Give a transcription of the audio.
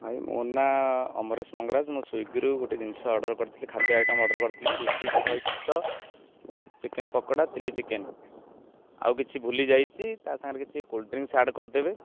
ଭାଇ ମୋ ନାଁ ଅମରେଶ ମଙ୍ଗରାଜ ମୁଁ ସ୍ଵିଗିରୁ ଗୋଟେ ଜିନିଷ ଅର୍ଡ଼ର୍ କରିଥିଲି ଖାଦ୍ୟ ଆଇଟମ୍ ଅର୍ଡ଼ର୍ କରିଥିଲି ରୁଟି ସହିତ ଚିକେନ ପକୋଡ଼ା ଚିଲ୍ଲି ଚିକେନ ଆଉ କିଛି ଭୁଲିଯାଇଛି ତା' ସାଙ୍ଗରେ କିଛି କୋଲଡ଼୍ ଡ୍ରିଙ୍କସ୍ ଆଡ଼୍ କରିଦେବେ